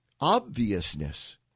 obviousness